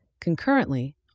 Concurrently